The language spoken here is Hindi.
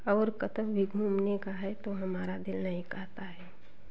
और भी घूमने का है तो हमारा दिल नहीं कहता है